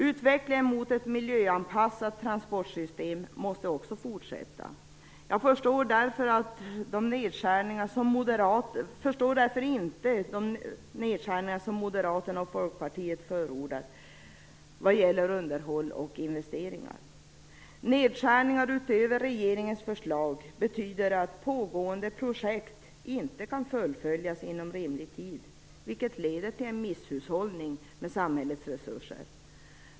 Utvecklingen mot ett miljöanpassat transportsystem måste också fortsätta. Jag förstår därför inte de nedskärningar som Moderaterna och Folkpartiet förordar vad gäller underhåll och investeringar. Nedskärningar utöver regeringens förslag betyder att pågående projekt inte kan fullföljas inom rimlig tid, vilket leder till misshushållning med samhällets resurser.